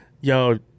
yo